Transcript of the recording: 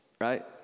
right